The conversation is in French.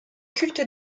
culte